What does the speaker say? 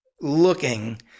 looking